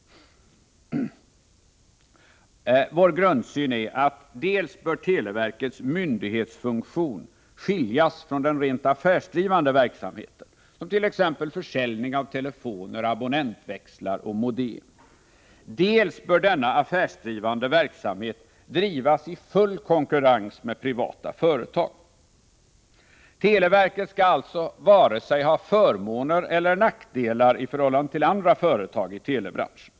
Vår grundsyn är att dels bör televerkets myndighetsfunktion skiljas från den rent affärsdrivande verksamheten, exempelvis försäljning av telefoner, abonnentväxlar och modem, dels bör denna affärsdrivande verksamhet drivas i full konkurrens med privata företag. Televerket skall alltså inte ha vare sig förmåner eller nackdelar i förhållande till andra företag i telebranschen.